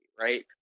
right